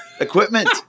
equipment